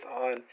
on